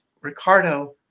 Ricardo